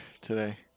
today